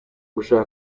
gushaka